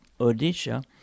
Odisha